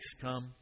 come